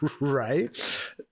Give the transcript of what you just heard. Right